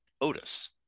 Otis